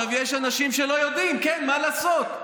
יש אנשים שלא יודעים, כן, מה לעשות.